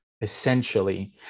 essentially